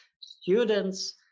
students